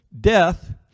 Death